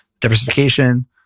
diversification